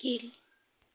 கீழ்